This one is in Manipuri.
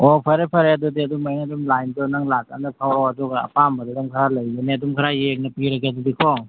ꯑꯣ ꯐꯔꯦ ꯐꯔꯦ ꯑꯗꯨꯗꯤ ꯑꯗꯨꯃꯥꯏꯅ ꯑꯗꯨꯝ ꯂꯥꯏꯟꯗꯣ ꯅꯪ ꯂꯥꯛ ꯀꯥꯟꯗ ꯐꯥꯎꯔꯛꯑꯣ ꯑꯗꯨꯒ ꯑꯄꯥꯝꯕꯗꯨ ꯑꯗꯨꯝ ꯈꯔ ꯂꯩꯒꯅꯤ ꯑꯗꯨꯝ ꯈꯔ ꯌꯦꯡꯅ ꯄꯤꯔꯒꯦ ꯑꯗꯨꯗꯤ ꯀꯣ